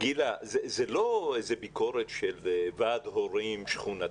אבל חשוב להזכיר שפה זה לא איזו ביקורת של ועד הורים שכונתי,